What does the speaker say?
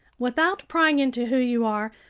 without prying into who you are,